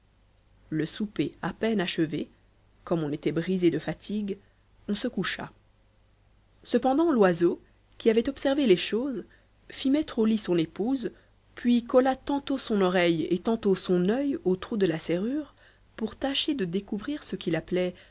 le souper à peine achevé comme on était brisé de fatigue on se coucha cependant loiseau qui avait observé les choses fit mettre au lit son épouse puis colla tantôt son oreille et tantôt son oeil au trou de la serrure pour tâcher de découvrir ce qu'il appelait